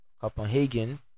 Copenhagen